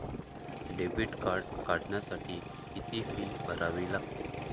Debit card काढण्यासाठी किती fee भरावी लागते?